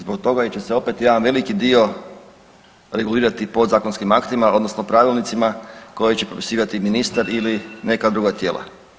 Zbog toga jer će se opet jedan veliki dio regulirati podzakonskim aktima odnosno pravilnicima koje će propisivati ministar ili neka druga tijela.